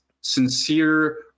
sincere